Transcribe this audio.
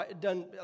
done